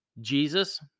Jesus